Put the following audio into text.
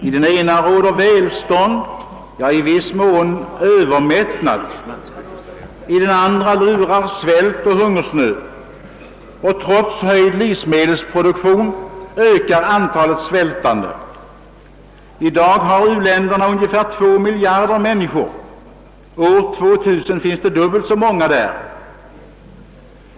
I den ena råder välstånd, ja, i viss mån övermättnad; i den andra lurar svält och hungersnöd, och trots höjd livsmedelsproduktion ökar antalet svältande. I dag har u-länderna ungefär 2 miljarder invånare. År 2000 beräknas det finnas dubbelt så många människor där.